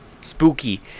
Spooky